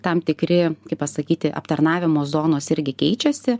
tam tikri kaip pasakyti aptarnavimo zonos irgi keičiasi